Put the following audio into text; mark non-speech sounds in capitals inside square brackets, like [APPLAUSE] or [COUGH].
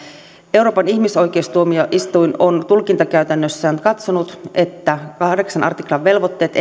euroopan ihmisoikeustuomioistuin on tulkintakäytännössään katsonut että kahdeksannen artiklan velvoitteet [UNINTELLIGIBLE]